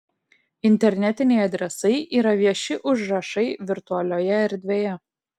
internetiniai adresai yra vieši užrašai virtualioje erdvėje